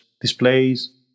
displays